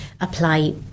apply